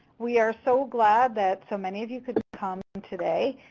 we are so glad that so many of you could come today.